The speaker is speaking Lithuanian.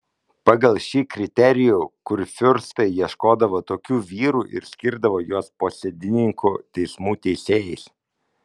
pagal šį kriterijų kurfiurstai ieškodavo tokių vyrų ir skirdavo juos posėdininkų teismų teisėjais